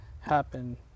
happen